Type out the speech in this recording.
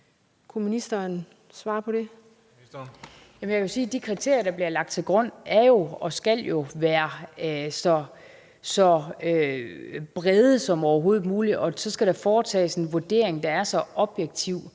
Jeg kan sige, at de kriterier, der bliver lagt til grund, jo er og skal være så brede som overhovedet muligt, og så skal der foretages en vurdering, der er så objektiv